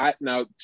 now